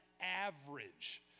average